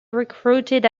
recruited